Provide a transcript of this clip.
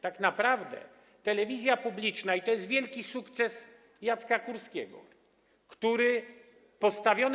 Tak naprawdę telewizja publiczna - i to jest wielki sukces Jacka Kurskiego, który postawiony.